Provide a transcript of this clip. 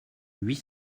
huit